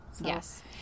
Yes